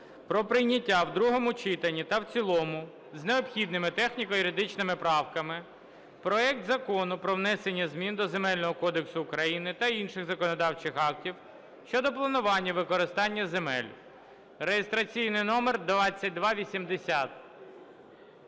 про прийняття в другому читанні та в цілому з необхідними техніко-юридичними правками проект Закону про внесення змін до Земельного кодексу України та інших законодавчих актів щодо планування використання земель (реєстраційний номер 2280).